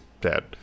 dead